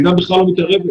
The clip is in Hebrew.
המדינה בכלל לאן מתערבת.